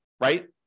right